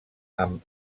amb